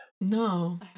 No